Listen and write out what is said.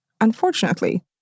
Unfortunately